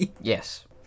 Yes